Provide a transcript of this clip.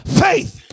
faith